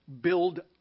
build